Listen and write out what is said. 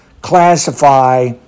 classify